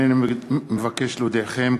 הנני מבקש להודיעכם,